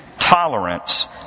tolerance